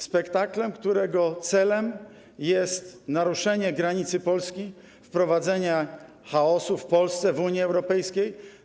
Spektaklem, którego celem jest naruszenie granicy Polski, wprowadzenie chaosu w Polsce, w Unii Europejskiej.